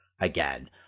again